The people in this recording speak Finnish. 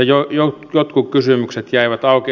jotkut kysymykset jäivät auki